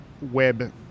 web